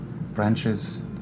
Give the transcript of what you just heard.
branches